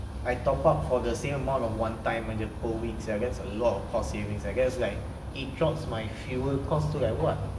I top up for the same amount of one time ah jer per week sia that's a lot of savings I guess like it drops my fuel cost to like what